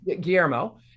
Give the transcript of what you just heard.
Guillermo